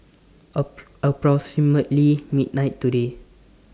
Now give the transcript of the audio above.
approximately midnight today